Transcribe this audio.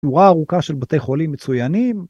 ‫שורה ארוכה של בתי חולים מצוינים